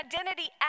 identity